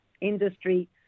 industry